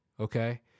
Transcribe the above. okay